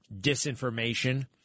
disinformation